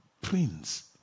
Prince